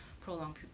prolonged